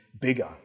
bigger